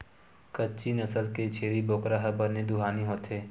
कच्छी नसल के छेरी बोकरा ह बने दुहानी होथे